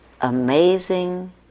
amazing